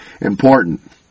important